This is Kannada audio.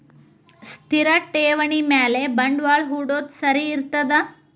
ಸ್ಥಿರ ಠೇವಣಿ ಮ್ಯಾಲೆ ಬಂಡವಾಳಾ ಹೂಡೋದು ಸರಿ ಇರ್ತದಾ?